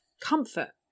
comfort